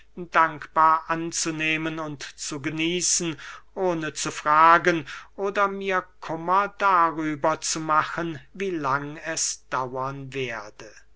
dankbar anzunehmen und zu genießen ohne zu fragen oder mir kummer darüber zu machen wie lang es dauern werde